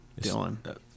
Dylan